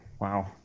wow